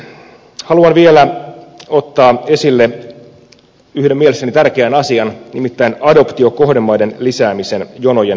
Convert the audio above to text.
haluan vielä ottaa esille yhden mielestäni tärkeän asian nimittäin adoptiokohdemaiden lisäämisen jonojen lyhentämiseksi